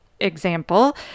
example